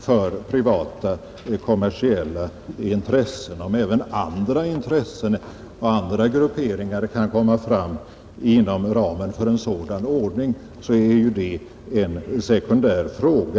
för privata kommersiella intressen. Om även andra intressen och andra grupperingar kan komma fram inom ramen för en sådan ordning är en sekundär fråga.